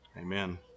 Amen